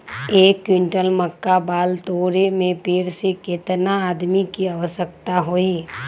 एक क्विंटल मक्का बाल तोरे में पेड़ से केतना आदमी के आवश्कता होई?